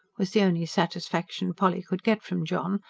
was the only satisfaction polly could get from john,